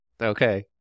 Okay